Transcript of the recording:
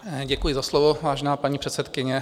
Děkuji za slovo, vážená paní předsedkyně.